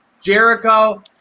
Jericho